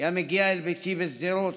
הוא היה מגיע אל ביתי בשדרות